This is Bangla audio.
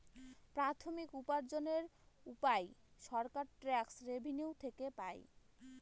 প্রাথমিক উপার্জনের উপায় সরকার ট্যাক্স রেভেনিউ থেকে পাই